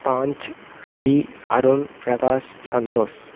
Panch Abhi Arun Prakash Santhosh